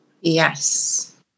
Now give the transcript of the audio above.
Yes